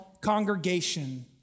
congregation